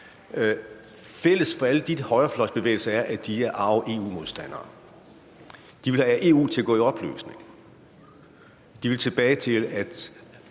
Fælles for alle de højrefløjsbevægelser er, at de er arge EU-modstandere. De vil have EU til at gå i opløsning, de vil tilbage til